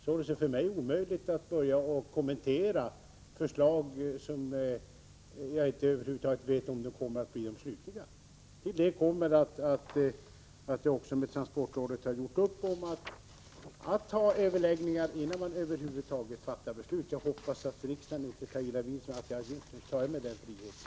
Således är det omöjligt för mig att börja kommentera förslag om vilka jag inte vet huruvida de kommer att bli de slutliga. Till detta kommer att jag med transportrådet har gjort upp om att det skulle ha överläggningar innan man över huvud taget fattade något beslut. Jag hoppas att riksdagen inte tar illa vid sig av att jag har tagit mig den friheten.